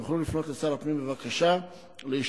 יוכלו לפנות לשר הפנים בבקשה להשתתפות